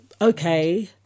okay